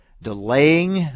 delaying